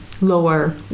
lower